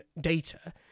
data